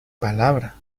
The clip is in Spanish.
palabra